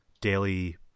daily—